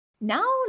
Now